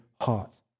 heart